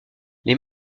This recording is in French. les